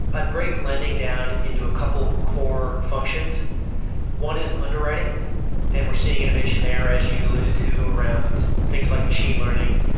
i'd break lending down into a couple core functions one is underwriting and we're seeing innovation there as you alluded to around things like machine learning,